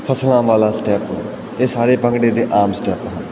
ਫਸਲਾਂ ਵਾਲਾ ਸਟੈਪ ਇਹ ਸਾਰੇ ਭੰਗੜੇ ਦੇ ਆਮ ਸਟੈਪ ਹਨ